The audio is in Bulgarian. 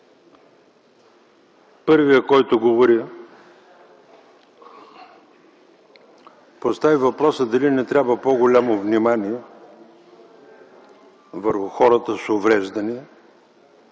Първият, който говори, постави въпроса дали не трябва по голямо внимание върху хората с увреждания,